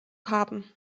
haben